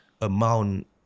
amount